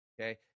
okay